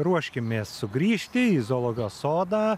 ruoškimės sugrįžti į zoologijos sodą